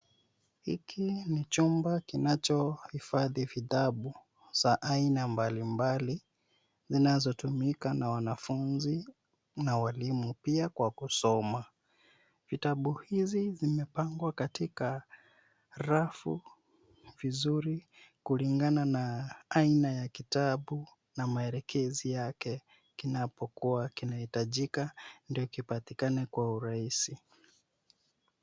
Hiki ni chumba kinachohifadhi vitabu za aina mbalimbali, zinazotumika na wanafunzi na walimu pia kwa kusoma. Vitabu hizi zimepangwa katika rafu vizuri kulingana na aina ya kitabu na maelekezi yake, kinapokuwa kinahitajika ndio kipatikane kwa urahisi.